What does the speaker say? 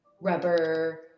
rubber